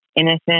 innocent